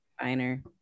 Finer